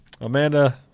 Amanda